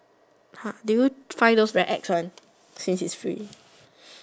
!huh! do you find those very ex one since is free